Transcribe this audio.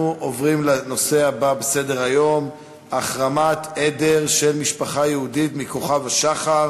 אנחנו עוברים לנושא הבא בסדר-היום: החרמת עדר של משפחה יהודית מכוכב-השחר